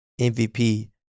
MVP